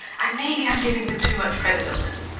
and maybe i'm giving them too much credit on this,